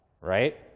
right